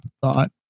thought